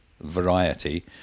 variety